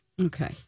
Okay